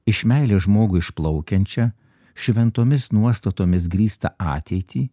iš meilės žmogui išplaukiančią šventomis nuostatomis grįstą ateitį